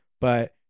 but-